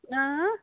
اۭں